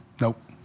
Nope